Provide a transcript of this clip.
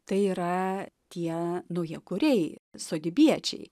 tai yra tie naujakuriai sodybiečiai